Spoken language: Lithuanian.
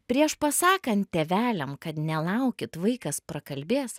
prieš pasakant tėveliam kad nelaukit vaikas prakalbės